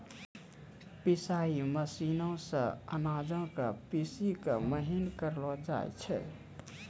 पिसाई मशीनो से अनाजो के पीसि के महीन करलो जाय छै